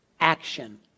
action